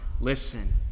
listen